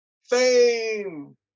Fame